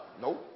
Nope